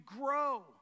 grow